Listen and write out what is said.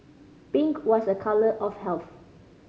pink was a colour of health